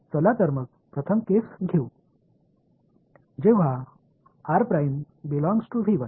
எனவே முதல் விஷயத்தை இங்கே எடுத்துக்கொள்வோம்